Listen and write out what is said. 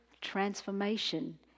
transformation